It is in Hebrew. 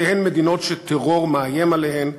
שתיהן מדינות שטרור מאיים עליהן,